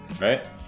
Right